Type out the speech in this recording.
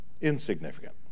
Insignificant